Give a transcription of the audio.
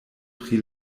pri